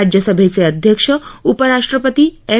राज्यसभेचे अध्यक्ष उपराष्ट्रपती एम